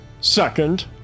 Second